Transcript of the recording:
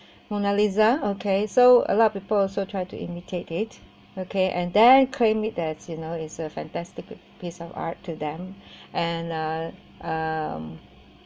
mona lisa okay so a lot of people also try to imitate it okay and then claim it that you know is a fantastic piece of art to them and uh um